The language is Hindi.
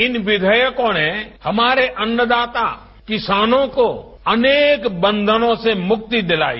इन विधेयकों ने हमारे अन्नदाता किसानों को अनेक बंधनों से मुक्ति दिलाई